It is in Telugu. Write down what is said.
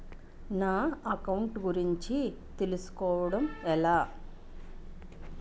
నా అకౌంట్ గురించి తెలుసు కోవడం ఎలా?